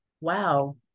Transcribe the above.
wow